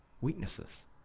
weaknesses